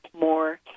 more